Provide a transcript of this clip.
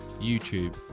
YouTube